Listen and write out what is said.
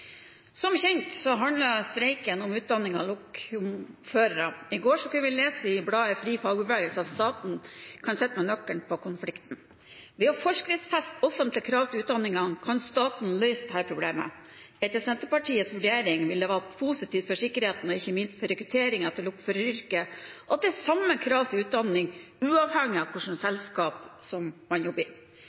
som funker. Som kjent handler streiken om utdanning av lokførere. I går kunne vi lese i bladet Fri Fagbevegelse at staten kan sitte med nøkkelen til konflikten. Ved å forskriftsfeste offentlige krav til utdanningen kan staten løse dette problemet. Etter Senterpartiets vurdering vil det være positivt for sikkerheten og ikke minst for rekrutteringen til lokføreryrket at det er samme krav til utdanning, uavhengig av hvilke selskap man jobber